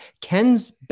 Ken's